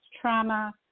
trauma